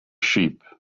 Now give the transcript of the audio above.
sheep